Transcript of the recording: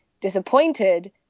disappointed